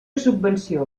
subvenció